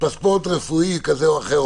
-- פספורט רפואי כזה או אחר,